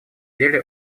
деле